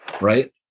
Right